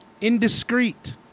Indiscreet